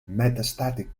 metastatic